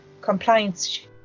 compliance